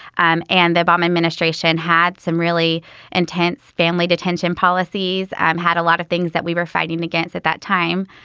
and and the obama administration had some really intense family detention policies, um had a lot of things that we were fighting against at that time.